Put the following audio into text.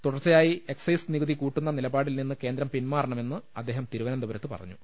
തുടർച്ചയായി എക്സൈസ് നികുതി കൂട്ടുന്ന നിലപാടിൽ നിന്ന് കേന്ദ്രം പിന്മാറണമെന്ന് അദ്ദേഹം തിരുവനന്തപുരത്ത് പറഞ്ഞു